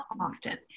often